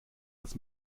aus